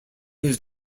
his